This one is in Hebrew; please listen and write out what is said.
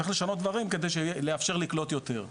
צריך לשנות דברים, על מנת לאפשר לקנות יותר,